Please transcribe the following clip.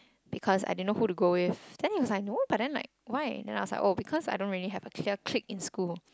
because I didn't know who to go with then he was like no but then like why then I was like oh because I didn't have a clear clique in school